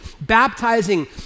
baptizing